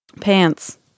Pants